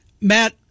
Matt